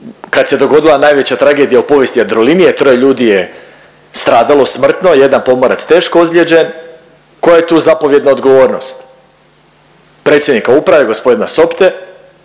kad se dogodila najveća tragedija u povijesti Jadrolinije, troje ljudi je stradalo smrtno, jedan pomorac teško ozlijeđen, koja je tu zapovjedna odgovornost. Predsjednika uprave gospodina Sopte